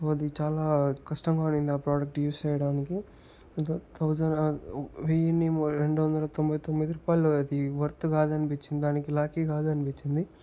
so అది చాలా కష్టంగా ఉండింది ఆ ప్రాడక్ట్ యూస్ చేయడానికి థౌజండ్ ఆ వేయిన్నీ రెండు వందల తొంభై తొమ్మిది రూపాయలు అది వర్త్ కాదనిపిచ్చింది దానికి కాదనిపిచ్చింది